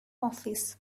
office